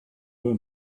women